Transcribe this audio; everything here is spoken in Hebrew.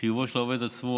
(חיובו של העובד עצמו,